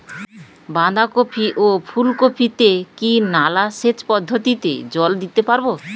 বাধা কপি ও ফুল কপি তে কি নালা সেচ পদ্ধতিতে জল দিতে পারবো?